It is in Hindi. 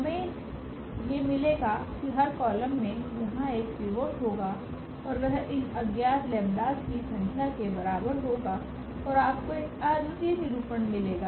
तो हमें ये मिलेगा कि हर कॉलम में यहाँ एक पिवोट होगा और वह इन अज्ञात 𝜆′s की संख्या के बराबर होगा और आपको एक अद्वितीय निरूपण मिलेगा